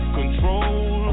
control